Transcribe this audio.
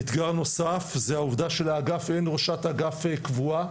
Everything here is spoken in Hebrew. אתגר נוסף זה העובדה שלאגף לחינוך מיוחד אין ראשת אגף קבועה,